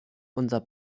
unser